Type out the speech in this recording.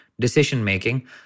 decision-making